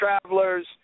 travelers